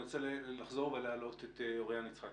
אני רוצה לחזור ולהעלות את אוריין יצחק,